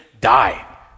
die